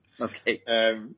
Okay